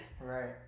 Right